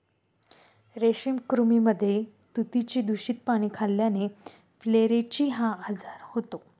रेशमी कृमींमध्ये तुतीची दूषित पाने खाल्ल्याने फ्लेचेरी हा आजार होतो